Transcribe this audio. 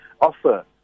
offer